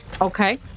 Okay